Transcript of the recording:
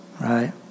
right